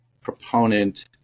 proponent